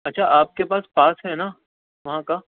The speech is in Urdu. اچھا آپ کے پاس پاس ہے نا وہاں کا